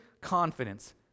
confidence